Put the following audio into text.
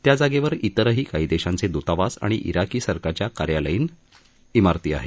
त्या जागेवर तिरही काही देशांचे दूतावास आणि जिकी सरकारच्या कार्यालयीन मदती आहेत